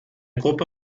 gruppe